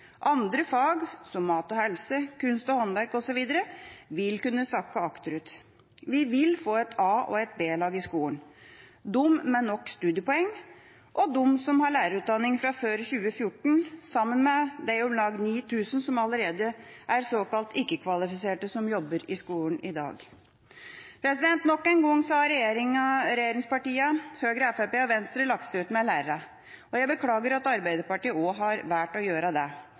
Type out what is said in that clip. Andre fag som mat og helse, kunst og håndverk osv. vil kunne sakke akterut. Vi vil få et A- og et B-lag i skolen – de med nok studiepoeng og de som har lærerutdanning fra før 2014 sammen med de om lag 9 000 som allerede er såkalte ikke-kvalifiserte som jobber i skolen i dag. Nok en gang har regjeringspartiene, Høyre og Fremskrittspartiet, og Venstre, lagt seg ut med lærerne. Jeg beklager at Arbeiderpartiet også har valgt å gjøre det.